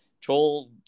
Joel